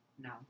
No